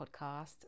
podcast